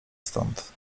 stąd